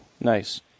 nice